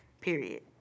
period